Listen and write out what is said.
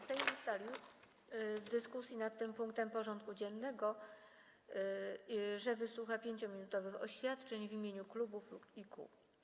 Sejm ustalił, że w dyskusji nad tym punktem porządku dziennego wysłucha 5-minutowych oświadczeń w imieniu klubów i kół.